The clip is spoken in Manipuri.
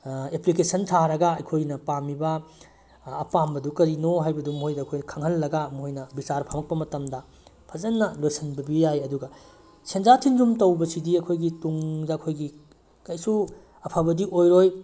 ꯑꯦꯄ꯭ꯂꯤꯀꯦꯁꯟ ꯊꯥꯔꯒ ꯑꯩꯈꯣꯏꯅ ꯄꯥꯝꯃꯤꯕ ꯑꯄꯥꯝꯕꯗꯨ ꯀꯔꯤꯅꯣ ꯍꯥꯏꯕꯗꯣ ꯃꯣꯏꯗ ꯑꯩꯈꯣꯏꯅ ꯈꯪꯍꯜꯂꯒ ꯃꯣꯏꯅ ꯕꯤꯆꯥꯔ ꯐꯝꯃꯛꯄ ꯃꯇꯝꯗ ꯐꯖꯅ ꯂꯣꯏꯁꯤꯟꯕꯤꯕ ꯌꯥꯏ ꯑꯗꯨꯒ ꯁꯦꯟꯖꯥ ꯁꯦꯟꯊꯨꯝ ꯇꯧꯕꯁꯤꯗꯤ ꯑꯩꯈꯣꯏꯒꯤ ꯇꯨꯡꯗ ꯑꯩꯈꯣꯏꯒꯤ ꯀꯩꯁꯨ ꯑꯐꯕꯗꯤ ꯑꯣꯏꯔꯣꯏ